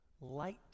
light